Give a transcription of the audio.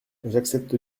j’accepte